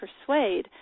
Persuade